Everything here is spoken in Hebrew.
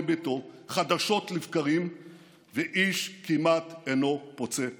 ביתו חדשות לבקרים ואיש כמעט אינו פוצה פה.